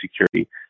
security